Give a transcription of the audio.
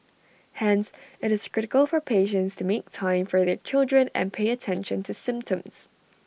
hence IT is critical for parents to make time for their children and pay attention to symptoms